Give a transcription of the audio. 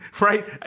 right